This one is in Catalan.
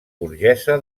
burgesa